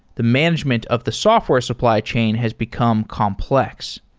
the management of the software supply chain has become complex.